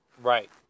right